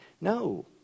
No